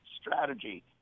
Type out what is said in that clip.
strategy